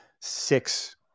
six